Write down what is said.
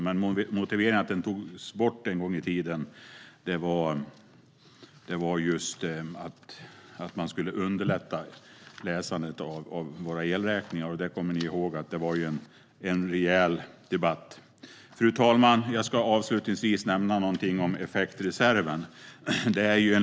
Motiveringen till att den togs bort en gång i tiden var just att man skulle underlätta läsandet av elräkningarna. Vi kommer ihåg att det var en rejäl debatt om detta. Fru talman! Jag ska avslutningsvis nämna någonting om effektreserven.